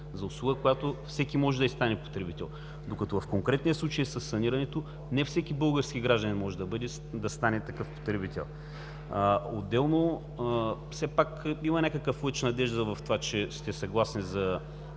за услуга, на която всеки може да стане потребител, докато в конкретния случай със санирането не всеки български гражданин може да стане такъв потребител. Все пак има някакъв лъч надежда в това, че сте съгласен да